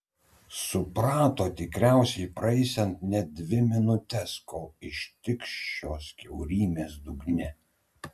suprato tikriausiai praeisiant net dvi minutes kol ištikš šios kiaurymės dugne